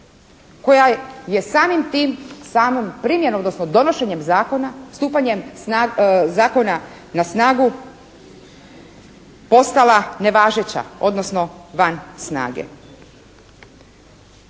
samom tom primjenom odnosno donošenjem zakona, stupanjem zakona na snagu, postala nevažeća odnosno van snage?